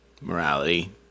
morality